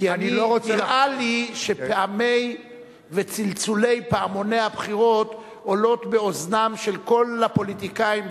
נראה לי שפעמי וצלצולי פעמוני הבחירות עולים באוזנם של כל הפוליטיקאים,